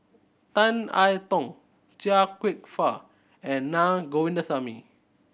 Tan I Tong Chia Kwek Fah and Na Govindasamy